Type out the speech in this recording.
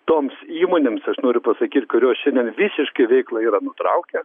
toms įmonėms aš noriu pasakyt kurios šiandien visiškai veiklą yra nutraukę